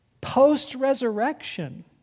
post-resurrection